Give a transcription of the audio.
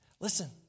Listen